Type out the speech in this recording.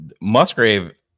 Musgrave